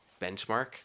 benchmark